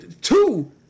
Two